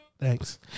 Thanks